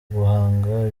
guhanga